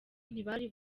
ntibari